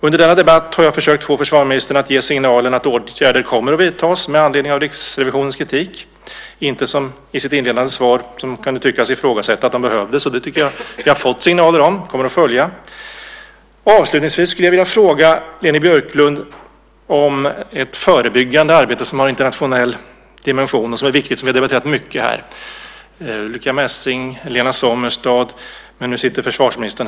Under denna debatt har jag försökt få försvarsministern att ge signaler om att åtgärder kommer att vidtas med anledning av Riksrevisionens kritik. Det kan tyckas att det inledande svaret ifrågasatte om det behövdes, men jag tycker att vi nu fått sådana signaler. Avslutningsvis skulle jag vilja fråga Leni Björklund om ett förebyggande arbete som har en internationell dimension. Det är en viktig fråga som vi debatterat mycket både med Ulrica Messing och Lena Sommestad, och nu vill jag även fråga försvarsministern.